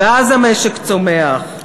ואז המשק צומח.